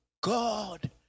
God